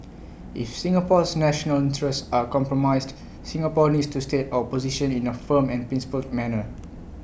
if Singapore's national interests are compromised Singapore needs to state our position in A firm and principled manner